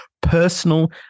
personal